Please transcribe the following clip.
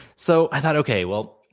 so i thought okay. well,